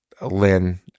lynn